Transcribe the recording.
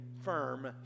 firm